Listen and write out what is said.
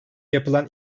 yapılan